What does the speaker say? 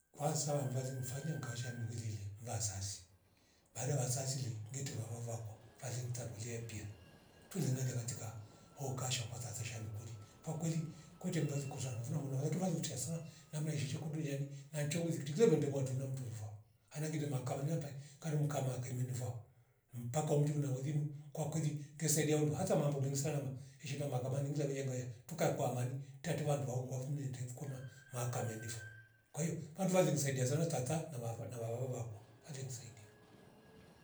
Kwanza wandu wale mfanyenga ngasha murilile ngasasi baada wasasire ngete vava vakwa valinta kulia epia tulenganya katika hoka shakwatata tesha ndukule kwa kweli kute mzazi kushanavo na mula wetiva kulivtia sa na mraishisha kudiliani na nchongoze kitilo vedne watla mtumvwa haringile maka nyambai karem kama kaiminiva mpaka umnde unalolim kwa kweli kesaidia hondu hata mambo mengi salama kishita mahakami njaa ya vajengaya tukaa kwa amani tete wandu waungu vule chikwama maakamenifo kwa hio vandu wali kusaidia sana tata na wavo wawa wakwa aree kusaidia